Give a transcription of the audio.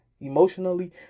Emotionally